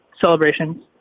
celebrations